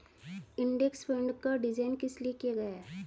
Index fund का design किस लिए किया गया है?